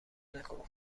نکن